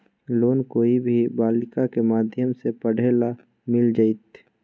Loan कोई भी बालिका के माध्यम से पढे ला मिल जायत?